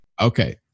Okay